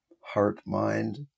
heart-mind